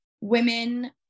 women